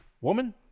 Woman